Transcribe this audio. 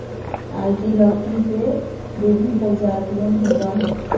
ivy लौकी के विभिन्न प्रजातियन होबा हई